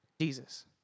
Jesus